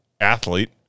athlete